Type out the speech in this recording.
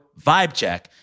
vibecheck